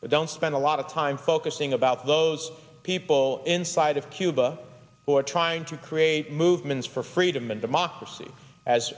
but don't spend a lot of time focusing about those people inside of cuba who are trying to create movements for freedom and democracy as